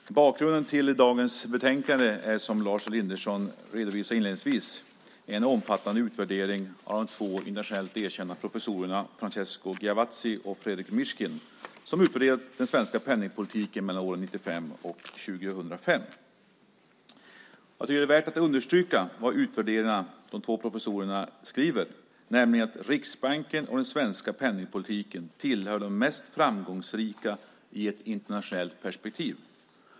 Fru talman! Bakgrunden till dagens betänkande är, som Lars Elinderson redovisade inledningsvis, en omfattande utvärdering gjord av de två internationellt erkända professorerna Francesco Giavazzi och Frederic Mishkin. De har utvärderat den svenska penningpolitiken mellan åren 1995 och 2005. Det är värt att understryka vad de två professorerna skriver, nämligen att Riksbanken och den svenska penningpolitiken tillhör de mest framgångsrika i ett internationellt perspektiv.